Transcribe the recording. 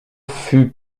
fut